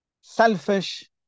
selfish